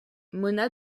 mona